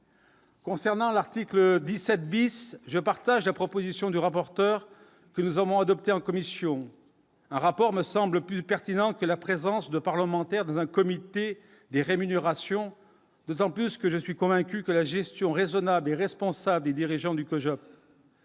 Concernant l'article 17 bis, je partage la proposition du rapporteur, que nous avons adopté en commission un rapport me semble plus pertinent que la présence de parlementaires dans un comité des rémunérations d'autant plus que je suis convaincu que la gestion raisonnable et responsable des dirigeants du COJO.